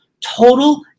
Total